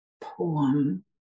poem